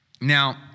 Now